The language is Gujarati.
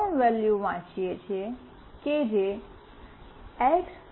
અમે ત્રણ વૅલ્યુ વાંચીએ છીએ કે જે એક્સ